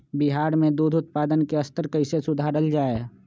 बिहार में दूध उत्पादन के स्तर कइसे सुधारल जाय